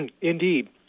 Indeed